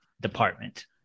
department